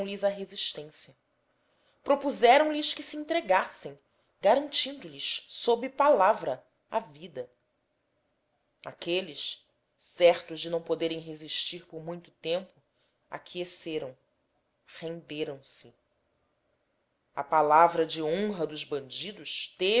temeramlhes a resistência propuseram lhes que se entregassem garantindo lhes sob palavra a vida aqueles certos de não poderem resistir por muito tempo aquiesceram renderam se a palavra de honra dos bandidos